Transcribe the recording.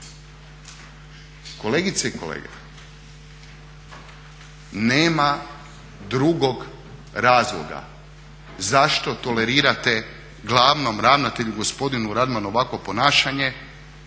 Kolegice i kolege nema drugog razloga zašto tolerirate glavnom ravnatelju gospodinu Radmanu ovakvo ponašanje